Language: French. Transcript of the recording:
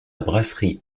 brasserie